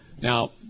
now